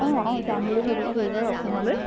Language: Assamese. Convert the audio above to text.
অঁ অঁ যাম বুলি ভাবিছোঁ এইবাৰ অসমলৈ